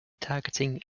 targeting